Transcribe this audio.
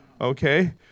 Okay